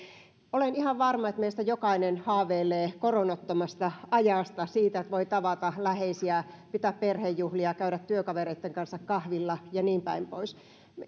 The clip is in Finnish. olen ihan varma että meistä jokainen haaveilee koronattomasta ajasta siitä että voi tavata läheisiä pitää perhejuhlia käydä työkavereitten kanssa kahvilla ja niinpäin pois